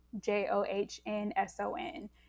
J-O-H-N-S-O-N